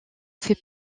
fait